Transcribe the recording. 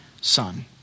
son